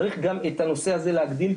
צריך גם את הנושא הזה להגדיל,